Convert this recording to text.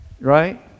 Right